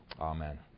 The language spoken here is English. Amen